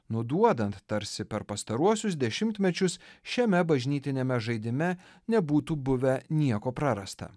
nuduodant tarsi per pastaruosius dešimtmečius šiame bažnytiniame žaidime nebūtų buvę nieko prarasta